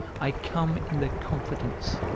i come in the confidence,